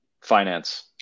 Finance